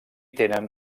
tenen